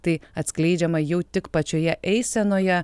tai atskleidžiama jau tik pačioje eisenoje